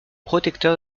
protecteur